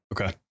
Okay